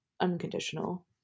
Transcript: unconditional